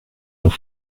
nous